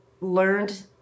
learned